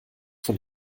von